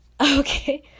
Okay